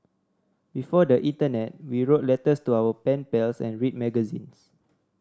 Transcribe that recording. before the internet we wrote letters to our pen pals and read magazines